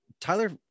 Tyler